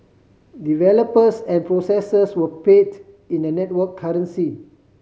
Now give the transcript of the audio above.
developers and processors were paid in the network currency